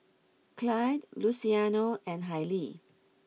Clide Luciano and Hailee